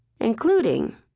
including